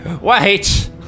Wait